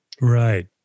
Right